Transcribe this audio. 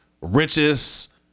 Richest